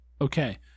Okay